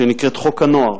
שנקראת "חוק הנוער",